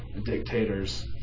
dictators